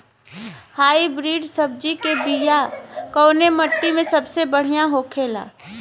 Hybrid सब्जी के बिया कवने मिट्टी में सबसे बढ़ियां होखे ला?